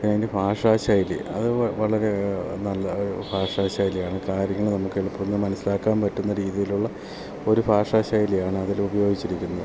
അതിൻ്റെ ഭാഷാശൈലി അത് വളരെ നല്ല ഭാഷാശൈലിയാണ് കാര്യങ്ങൾ നമുക്ക് എളുപ്പത്തിൽ മനസ്സിലാക്കാൻ പറ്റുന്ന രീതിയിലുള്ള ഒരു ഭാഷാശൈലിയാണ് അതിൽ ഉപയോഗിച്ചിരിക്കുന്നത്